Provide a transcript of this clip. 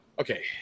okay